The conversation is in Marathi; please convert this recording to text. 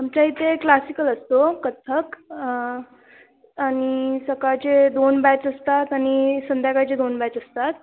आमच्या इथे क्लासिकल असतो कथ्थक आणि सकाळचे दोन बॅच असतात आणि संध्याकाळचे दोन बॅच असतात